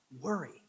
worry